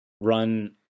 run